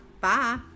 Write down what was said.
Bye